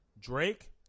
Drake